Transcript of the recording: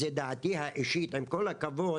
זו דעתי האישית עם כל הכבוד,